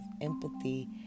empathy